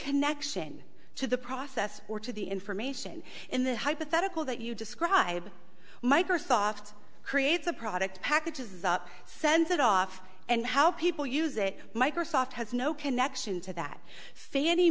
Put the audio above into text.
connection to the process or to the information in the hypothetical that you describe microsoft creates the product packages up sends it off and how people use it microsoft has no connection to that fann